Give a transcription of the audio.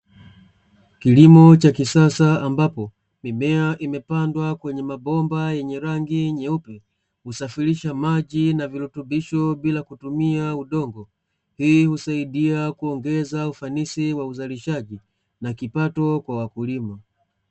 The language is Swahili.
Kilimo cha kisasa, ambapo mimea imepandwa kwenye mabomba yenye rangi nyeupe, husafirisha maji na virutubisho bila kutumia udongo. Hii husaidia kuongeza ufanisi wa uzalishaji na kipato kwa wakulima.